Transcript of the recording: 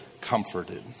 comforted